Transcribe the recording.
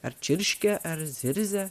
ar čirškia ar zirzia